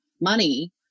money